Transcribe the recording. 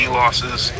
losses